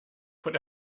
von